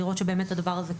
לראות שבאמת הדבר הזה קורה,